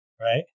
Right